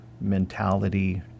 mentality